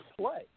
play